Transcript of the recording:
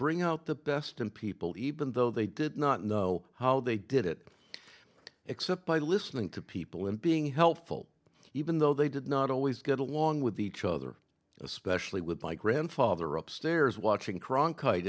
bring out the best in people even though they did not know how they did it except by listening to people and being helpful even though they did not always get along with each other especially with my grandfather upstairs watching cronkite